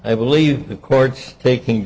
i believe the courts taking